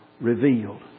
revealed